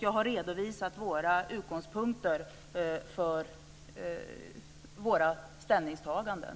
Jag har redovisat utgångspunkterna för våra ställningstaganden.